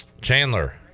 Chandler